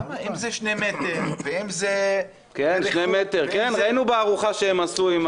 אם זה שני מטר --- ראינו את הארוחה שהם עשו,